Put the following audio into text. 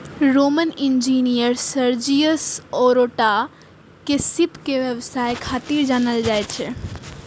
Roman engineer Sergius Orata के सीप के व्यवसाय खातिर जानल जाइ छै